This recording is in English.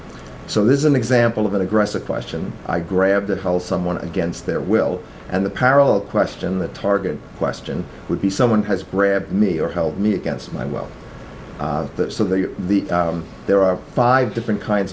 so this is an example of an aggressive question i grabbed how someone against their will and the peril question the target question would be someone has grabbed me or help me against my will that so that the there are five different kinds